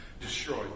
Destroy